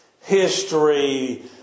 history